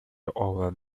over